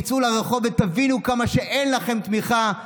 תצאו לרחוב ותבינו כמה שאין לכם תמיכה,